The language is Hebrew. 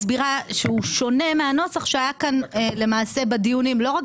הצבעה הרוויזיה לא אושרה.